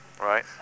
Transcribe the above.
Right